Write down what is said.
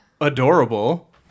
Adorable